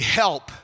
help